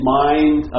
mind